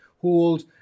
hold